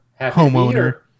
Homeowner